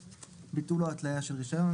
7.ביטול או התלייה של רישיון: